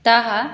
ताः